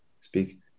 speak